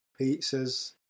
pizzas